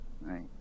Right